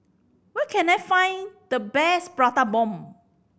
where can I find the best Prata Bomb